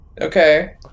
Okay